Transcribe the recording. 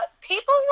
people